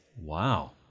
Wow